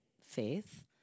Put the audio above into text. faith